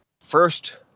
first